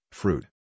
fruit